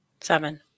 Seven